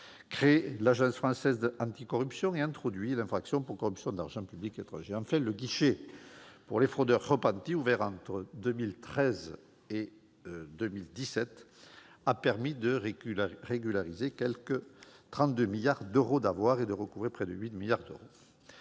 créé l'Agence française anticorruption et introduit l'infraction pour corruption d'agent public étranger. Enfin, le guichet pour les fraudeurs repentis, ouvert entre 2013 et 2017, a permis de régulariser quelque 32 milliards d'euros d'avoirs et de recouvrer près de 8 milliards d'euros.